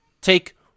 take